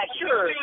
sure